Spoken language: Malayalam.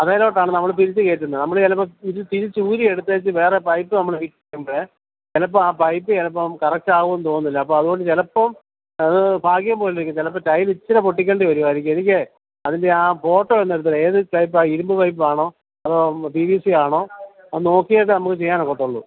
അതിലേക്കാണ് നമ്മള് തിരിച്ചുകയറ്റുന്നത് നമ്മള് ചിലപ്പോള് തിരിച്ച് ഊരിയെടുത്ത് വേറെ പൈപ്പ് നമ്മള് ഫിറ്റ് ചെയ്യുമ്പോള് ചിലപ്പോള് ആ പൈപ്പ് ചിലപ്പം കറക്റ്റ ആകുമെന്ന് തോന്നുന്നില്ല അപ്പോള് അതുകൊണ്ട് ചിലപ്പം അത് ഭാഗ്യം പോലെയിരിക്കും ചിലപ്പോള് ടൈൽ ഇത്തിരി പൊട്ടിക്കേണ്ടി വരുമായിരിക്കും എനിക്ക് അതിൻ്റെ ആ ഫോട്ടോ ഒന്നെടുത്തിടൂ ഏത് പൈപ്പാണ് ആ ഇരുമ്പ് പൈപ്പാണോ അതോ പി വി സി ആണോ അത് നോക്കിയിട്ടേ നമുക്ക് ചെയ്യാനൊക്കുകയുള്ളൂ